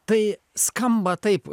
tai skamba taip